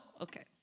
Okay